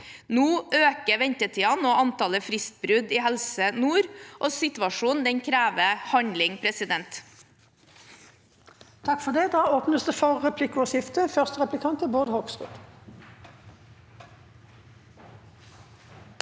Nå øker ventetiden og antallet fristbrudd i Helse nord. Situasjonen krever handling. Presidenten